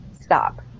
stop